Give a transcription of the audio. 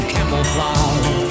Camouflage